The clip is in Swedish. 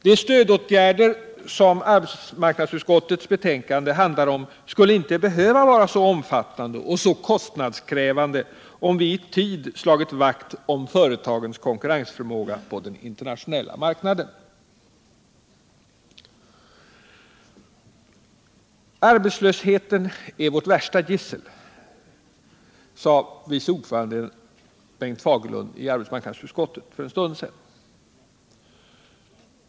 De stödåtgärder som arbetsmarknadsutskottets betänkande handlar om skulle inte ha behövt vara så omfattande och kostnadskrävande, om vi i tid slagit vakt om företagens konkurrensförmåga på den internationella marknaden. Arbetslösheten är vårt värsta gissel, sade arbetsmarknadsutskottets vice ordförande Bengt Fagerlund för en stund sedan.